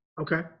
okay